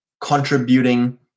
contributing